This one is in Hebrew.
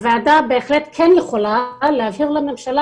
הוועדה בהחלט כן יכולה להעביר לממשלה